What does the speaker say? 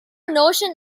notion